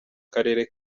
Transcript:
karere